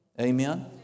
Amen